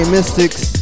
Mystics